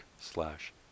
slash